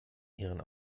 ihren